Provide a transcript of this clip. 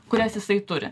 kurias jisai turi